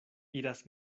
iras